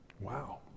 Wow